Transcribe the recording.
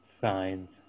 signs